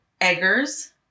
eggers